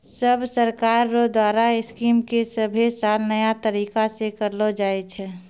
सब सरकार रो द्वारा स्कीम के सभे साल नया तरीकासे करलो जाए छै